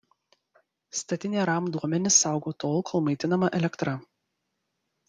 statinė ram duomenis saugo tol kol maitinama elektra